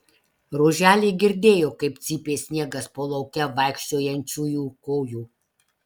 roželė girdėjo kaip cypė sniegas po lauke vaikščiojančiųjų kojų